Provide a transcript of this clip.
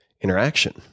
interaction